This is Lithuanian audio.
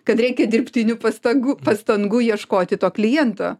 kad reikia dirbtinių pastangų pastangų ieškoti to kliento